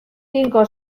tinko